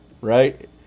right